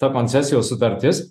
ta koncesijos sutartis